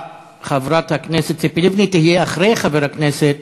חברת הכנסת ציפי לבני תהיה אחרי חבר הכנסת